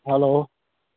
hello